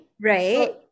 right